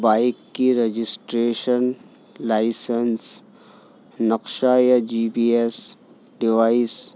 bike کی registration licence نقشہ یا جی بی ایس ڈیوائس